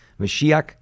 Mashiach